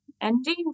ending